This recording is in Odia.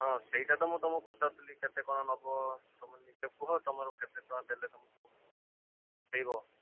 ହଁ ସେଇଟା ତ ମୁଁ ତୁମକୁ ପଚାରୁଥିଲି କେତେ କ'ଣ ନବ ତୁମେ ନିଜେ କୁହ ତୁମର କେତେ ଟଙ୍କା ଦେଲେ ତୁମକୁ ପୂସାଇବ